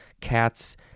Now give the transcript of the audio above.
cats